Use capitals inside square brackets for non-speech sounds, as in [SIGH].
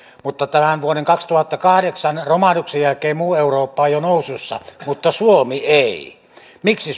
mutta vuoden kaksituhattakahdeksan romahduksen jälkeen muu eurooppa on jo nousussa mutta suomi ei miksi [UNINTELLIGIBLE]